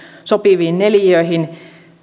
sopiviin neliöihin